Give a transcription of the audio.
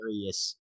various